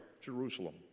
Jerusalem